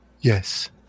yes